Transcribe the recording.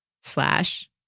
slash